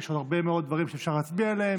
יש עוד הרבה מאוד דברים שאפשר להצביע עליהם.